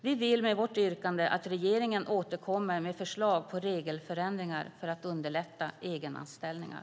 Vi vill med vårt yrkande att regeringen återkommer med förslag på regelförändringar för att underlätta egenanställningar.